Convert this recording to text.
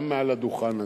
גם מעל הדוכן הזה,